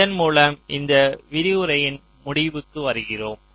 இதன் மூலம் இந்த விரிவுரையின் முடிவுக்கு வருகிறோம்